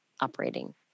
operating